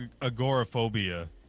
agoraphobia